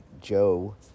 Joe